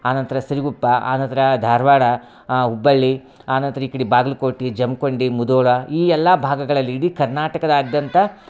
ಆ ನಂತರ ಸಿರಿಗುಪ್ಪ ಆ ನಂತರ ಧಾರವಾಡ ಹುಬ್ಬಳ್ಳಿ ಆ ನಂತರ ಈ ಕಡೆ ಬಾಗ್ಲಕೋಟೆ ಜಮಖಂಡಿ ಮುಧೋಳ ಈ ಎಲ್ಲ ಭಾಗಗಳಲ್ಲಿ ಇಡೀ ಕರ್ನಾಟಕದಾದ್ಯಂತ